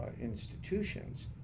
institutions